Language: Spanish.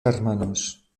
hermanos